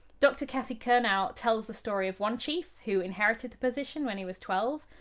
dr. kathy curnow tells the story of one chief who inherited the position when he was twelve.